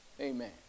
Amen